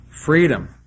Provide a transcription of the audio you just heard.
freedom